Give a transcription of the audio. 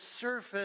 surface